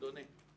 אדוני.